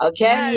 Okay